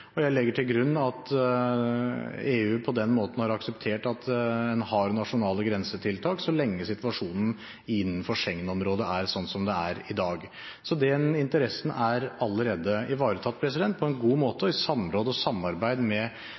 og med november. Jeg legger til grunn at EU på den måten har akseptert at en har nasjonale grensetiltak, så lenge situasjonen innenfor Schengen-området er slik som den er i dag. Så den interessen er allerede ivaretatt på en god måte og i samråd og i samarbeid med